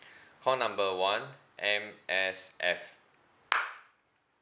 call number one M_S_F